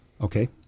okay